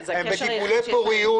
הם בטיפולי פוריות.